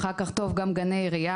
אחר כך גם בגני עירייה.